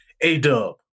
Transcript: A-Dub